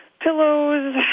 pillows